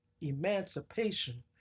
emancipation